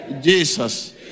Jesus